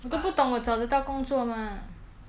我都不懂我找得到工作吗